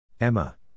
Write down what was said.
Emma